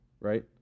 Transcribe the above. right